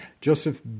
Joseph